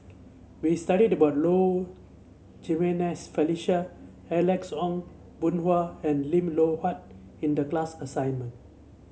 we studied about Low Jimenez Felicia Alex Ong Boon Hau and Lim Loh Huat in the class assignment